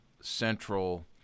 central